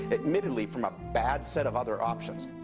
admittedly from a bad set of other options.